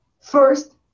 first